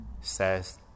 says